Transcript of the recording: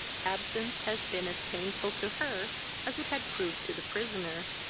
absence had been as painful to her as it had proved to the prisoner,